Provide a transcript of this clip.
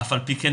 אף על פי כן,